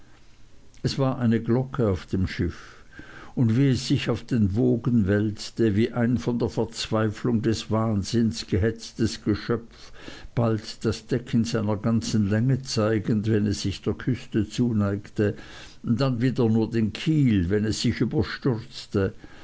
es war eine glocke auf dem schiff und wie es sich auf den wogen wälzte wie ein von der verzweiflung des wahnsinns gehetztes geschöpf bald das deck in seiner ganzen länge zeigend wenn es sich der küste zuneigte dann wieder nur den kiel wenn es sich überstürzte